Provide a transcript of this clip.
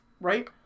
Right